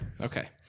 Okay